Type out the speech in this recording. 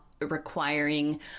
requiring